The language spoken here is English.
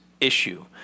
issue